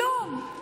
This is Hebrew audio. כלום.